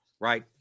Right